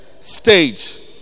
stage